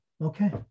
okay